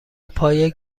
پای